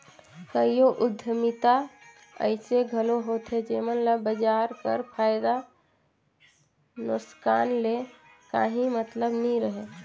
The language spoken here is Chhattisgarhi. कइयो उद्यमिता अइसे घलो होथे जेमन ल बजार कर फयदा नोसकान ले काहीं मतलब नी रहें